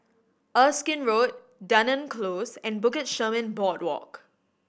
Erskine Road Dunearn Close and Bukit Chermin Boardwalk